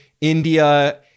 India